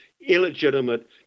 illegitimate